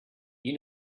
you